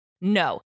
No